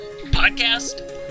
Podcast